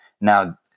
Now